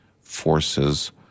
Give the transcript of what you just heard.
forces